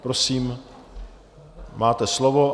Prosím, máte slovo.